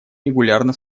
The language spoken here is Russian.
регулярно